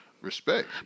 Respect